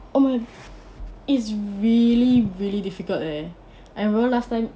oh is really really difficult leh I remember last time